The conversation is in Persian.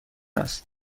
است